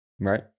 right